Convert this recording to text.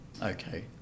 Okay